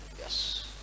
yes